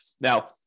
Now